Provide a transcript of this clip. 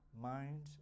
mind